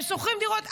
הם שוכרים דירות.